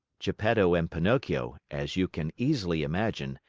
geppetto and pinocchio, as you can easily imagine,